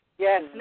Yes